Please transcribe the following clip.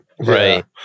right